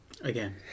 again